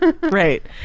Right